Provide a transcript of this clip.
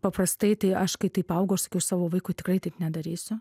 paprastai tai aš kai taip augau aš sakiau savo vaikui tikrai taip nedarysiu